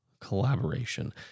collaboration